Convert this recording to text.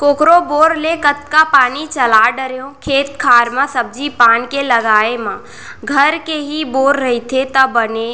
कोकरो बोर ले कतका पानी चला डारवे खेत खार म सब्जी पान के लगाए म घर के ही बोर रहिथे त बने